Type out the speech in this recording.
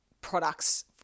products